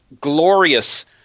glorious